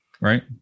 right